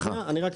תן לי רק לסיים.